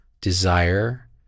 desire